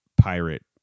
pirate